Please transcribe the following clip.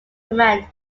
command